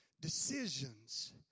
decisions